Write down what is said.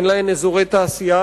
אין להן אזורי תעשייה,